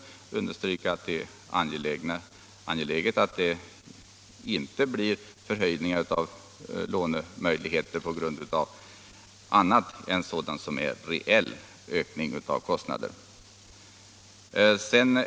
Jag understryker att det är angeläget att det inte blir förändrade lånemöjligheter på grund av annat än sådant som är en reell ökning av kostnaderna.